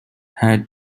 had